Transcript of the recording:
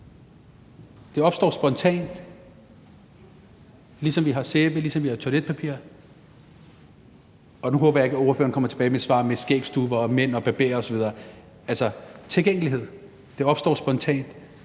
Tilgængelighed – ligesom vi har sæbe, ligesom vi har toiletpapir. Det opstår spontant. Og nu håber jeg ikke, at ordføreren kommer tilbage med et svar om skægstubbe og mænd og barbering osv. Vi taler om tilgængelighed. Det opstår spontant.